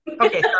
Okay